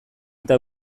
eta